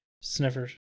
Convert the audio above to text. sniffers